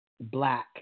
black